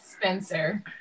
Spencer